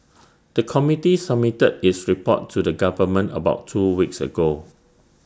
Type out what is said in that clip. the committee submitted its report to the government about two weeks ago